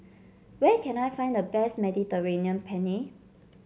where can I find the best Mediterranean Penne